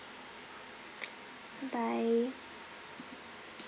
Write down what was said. bye bye